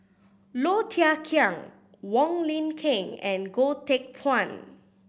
Low Thia Khiang Wong Lin Ken and Goh Teck Phuan